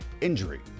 injury